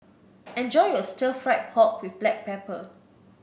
enjoy your Stir Fried Pork with Black Pepper